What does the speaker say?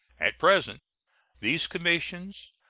at present these commissions,